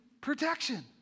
protection